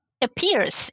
appears